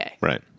Right